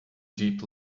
deep